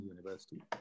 university